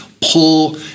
pull